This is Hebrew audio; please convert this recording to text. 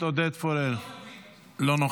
עודד פורר, אינו נוכח.